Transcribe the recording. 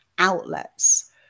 Outlets